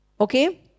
okay